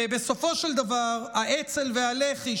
ובסופו של דבר האצ"ל והלח"י,